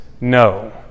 No